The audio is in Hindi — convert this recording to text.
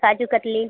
काजू कतली